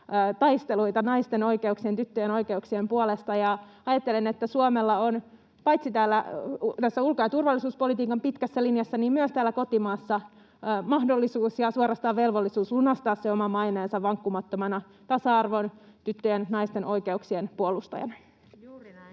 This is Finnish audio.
taisteluita naisten oikeuksien, tyttöjen oikeuksien puolesta. Ajattelen, että Suomella on paitsi tässä ulko- ja turvallisuuspolitiikan pitkässä linjassa myös täällä kotimaassa mahdollisuus ja suorastaan velvollisuus lunastaa se oma maineensa vankkumattomana tasa-arvon, tyttöjen ja naisten oikeuksien puolustajana.